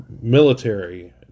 military